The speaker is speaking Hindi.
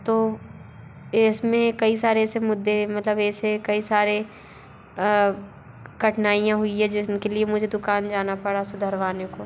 तो इसमें कई सारे ऐसे मुद्दे मतलब ऐसे कई सारे कठिनाइयाँ हुई है जिसके लिए मुझे दुकान जाना पड़ा सुधरवाने को